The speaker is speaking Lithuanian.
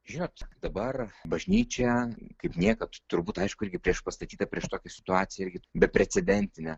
žinot dabar bažnyčia kaip niekad turbūt aišku irgi prieš pastatyta prieš tokį situaciją irgi be precedentinę